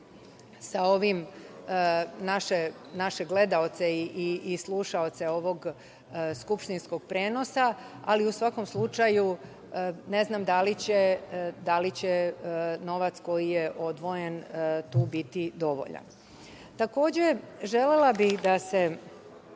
sa ovim naše gledaoce i slušaoce ovog skupštinskog prenosa, ali u svakom slučaju ne znam da li će novac koji je odvojen tu biti dovoljan. Takođe, želela bih da se